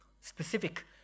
specific